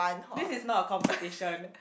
this is not a competition